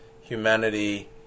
humanity